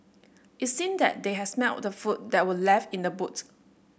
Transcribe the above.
it seemed that they had smelt the food that were left in the boot